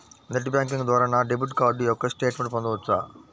Net banking ద్వారా నా debit card యొక్క స్టేట్మెంట్ పొందవచ్చా?